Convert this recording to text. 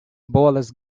bolas